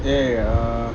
ya ya err